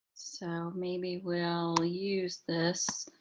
so maybe we'll use this